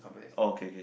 oh K K